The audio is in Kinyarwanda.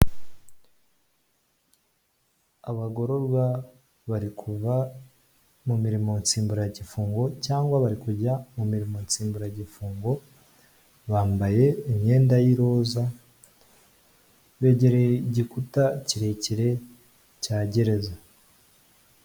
Abagororwa bari kuva mu mirimo nsimburagifungo cyangwa bari kujya mu mirimo nsimburagifungo, bambaye imyenda y'iroza begereye igikuta kirekire cya gereza.